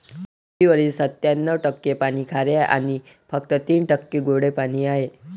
पृथ्वीवरील सत्त्याण्णव टक्के पाणी खारे आणि फक्त तीन टक्के गोडे पाणी आहे